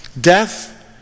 Death